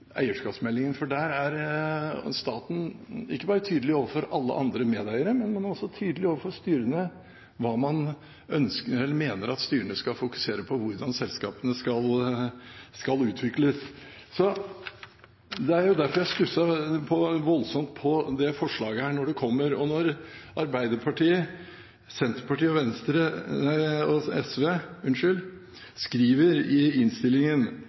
eierskapsmeldingen, for der er staten ikke bare tydelig overfor alle andre medeiere, men man er også tydelig overfor styrene med hensyn til hva man mener at styrene skal fokusere på, og hvordan selskapene skal utvikles. Det er derfor jeg stusset voldsomt over forslaget da det kom. Når Arbeiderpartiet, Senterpartiet og SV skriver i innstillingen